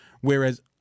whereas